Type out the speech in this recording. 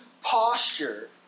Posture